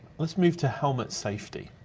let's move to helmet safety.